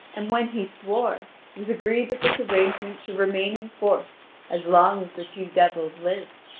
and when he swore, it was agreed that this arrangement should remain in force as long as the two devils lived.